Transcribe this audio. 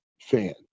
fan